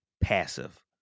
passive